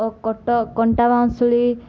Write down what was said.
ଓ କଟ କଣ୍ଟା ବାଁଶୁଳି